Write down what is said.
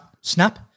Snap